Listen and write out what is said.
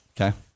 okay